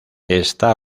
está